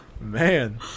Man